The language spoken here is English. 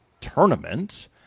tournament